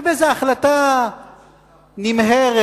ובאיזו החלטה נמהרת,